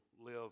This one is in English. live